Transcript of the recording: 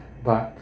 but